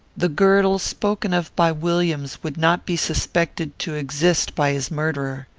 the girdle spoken of by williams would not be suspected to exist by his murderer.